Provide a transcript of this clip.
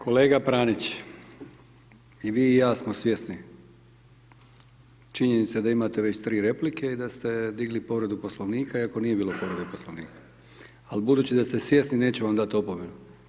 Kolega Pranić i vi i ja smo svjesni činjenice da imate već tri replike i da ste digli povredu Poslovnika, iako nije bilo povrede Poslovnika, al budući da ste svjesni neću vam dat opomenu.